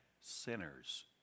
sinners